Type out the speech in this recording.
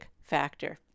factor